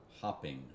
hopping